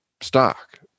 stock